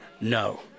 No